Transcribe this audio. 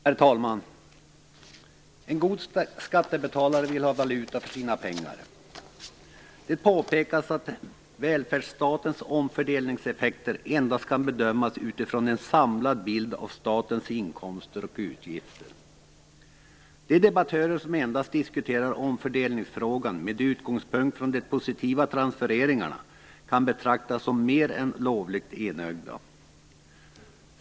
Herr talman! En god skattebetalare vill ha valuta för sina pengar. Det påpekas att välfärdsstatens omfördelningseffekter endast kan bedömas utifrån en samlad bild av statens inkomster och utgifter. De debattörer som endast diskuterar omfördelningsfrågan med utgångspunkt i de positiva transfereringarna kan betraktas som mer än lovligt enögda.